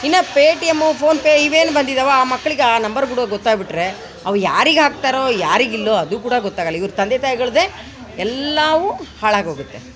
ಇನ್ನು Paytm PhonePe ಇವೇನು ಬಂದಿದ್ದಾವೆ ಆ ಮಕ್ಳಿಗೆ ಆ ನಂಬರ್ ಕೂಡ ಗೊತ್ತಾಗಿಬಿಟ್ರೆ ಅವು ಯಾರಿಗೆ ಹಾಕ್ತಾರೋ ಯಾರಿಗಿಲ್ಲೋ ಅದು ಕೂಡ ಗೊತ್ತಾಗೋಲ್ಲ ಇವ್ರ ತಂದೆ ತಾಯಿಗಳದ್ದೆ ಎಲ್ಲವೂ ಹಾಳಾಗೋಗತ್ತೆ